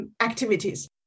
activities